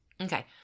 Okay